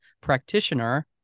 practitioner